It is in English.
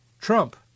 Trump